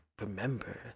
remember